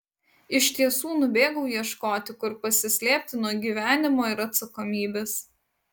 iš tiesų nubėgau ieškoti kur pasislėpti nuo gyvenimo ir atsakomybės